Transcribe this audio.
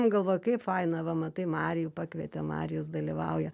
galvoju kaip faina va matai marijų pakvietė marijus dalyvauja